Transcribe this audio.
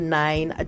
nine